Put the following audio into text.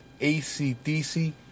ACDC